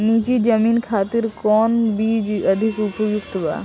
नीची जमीन खातिर कौन बीज अधिक उपयुक्त बा?